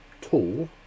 tool